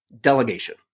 delegation